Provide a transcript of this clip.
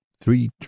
three